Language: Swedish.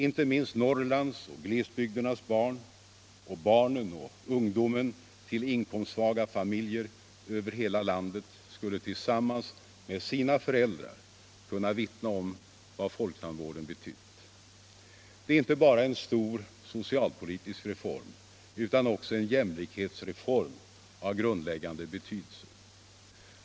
Inte minst Norrlands och glesbygdernas barn och barnen och ungdomen 1 inkomstsvaga familjer över hela landet skulle tillsammans med sina föräldrar kunna vittna om vad folktandvården betytt. Det är inte bara en stor socialpolitisk reform utan också en jämlikhetsreform av grundläggande betydelse.